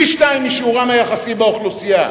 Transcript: פי-שניים משיעורם היחסי באוכלוסייה,